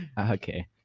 Okay